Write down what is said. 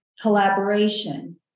collaboration